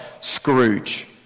Scrooge